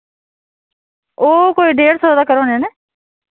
ओह् कोई डेढ़ सौ तकर होने न